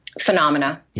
phenomena